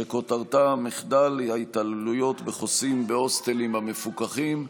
שכותרתה: מחדל ההתעללויות בחוסים בהוסטלים המפוקחים.